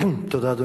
תודה.